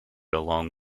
along